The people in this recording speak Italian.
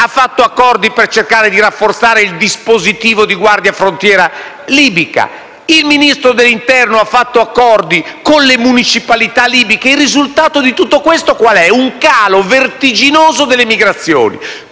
ha fatto accordi per cercare di rafforzare il dispositivo di guardia frontiera libica; il Ministro dell'interno ha fatto accordi con le municipalità libiche. Il risultato di tutto questo è un calo vertiginoso delle migrazioni,